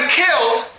killed